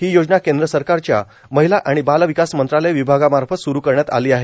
ही योजना केंद्र सरकारच्या महिला आणि बाल विकास मंत्रालय विभागामार्फत स्रू करण्यात आली आहे